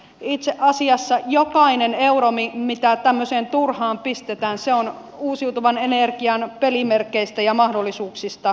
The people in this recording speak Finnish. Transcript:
itse asiassa jokainen euro mitä tämmöiseen turhaan pistetään on uusiutuvan energian pelimerkeistä ja mahdollisuuksista pois